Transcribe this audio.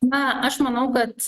na aš manau kad